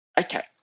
Okay